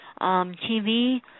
TV